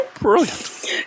brilliant